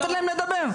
ונתחיל, ניתן להם לדבר.